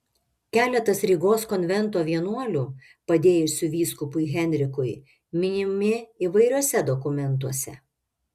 keletas rygos konvento vienuolių padėjusių vyskupui henrikui minimi įvairiuose dokumentuose